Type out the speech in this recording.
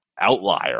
outlier